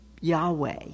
Yahweh